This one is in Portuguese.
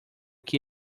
que